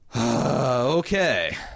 Okay